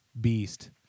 beast